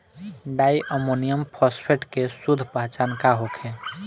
डाई ammonium phosphate के शुद्ध पहचान का होखे?